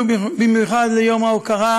בניצול תשתיות קיימות של רשויות מקומיות,